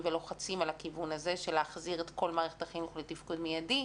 ולוחצים על הכיוון הזה של להחזיר את כל מערכת החינוך לתפקוד מיידי,